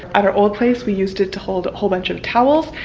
at our old place, we used it to hold a whole bunch of towels.